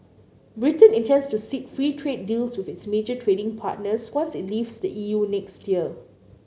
Britain intends to seek free trade deals with its major trading partners once it leaves the E U next year